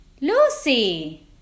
Lucy